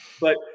But-